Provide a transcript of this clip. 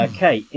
Okay